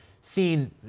seen